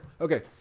Okay